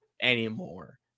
anymore